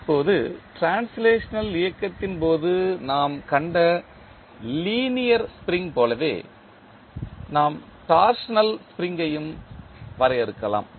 இப்போது டிரான்ஸ்லேஷனல் இயக்கத்தின் போது நாம் கண்ட லீனியர் ஸ்ப்ரிங் போலவே நாம் டார்ஷனல் ஸ்ப்ரிங்கையும் வரையறுக்கலாம்